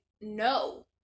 no